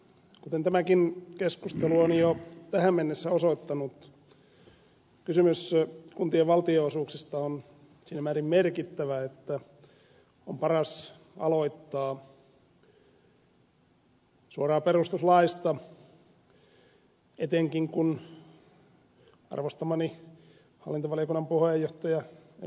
kuten tämäkin keskustelu on jo tähän mennessä osoittanut kysymys kuntien valtionosuuksista on siinä määrin merkittävä että on paras aloittaa suoraan perustuslaista etenkin kun arvostamani hallintovaliokunnan puheenjohtaja ed